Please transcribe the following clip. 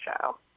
show